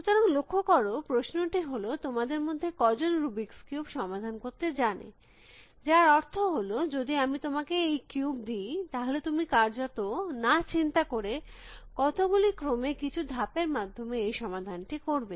সুতরাং লক্ষ্য কর প্রশ্নটি হল তোমাদের মধ্যে কজন রুবিক্স কিউব সমাধান করতে জানো যার অর্থ হল যদি আমি তোমাকে এই কিউব দি তাহলে তুমি কার্যত না চিন্তা করে কতগুলি ক্রমে কিছু ধাপ এর মাধ্যমে এই সমাধানটি করবে